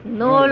no